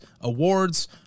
awards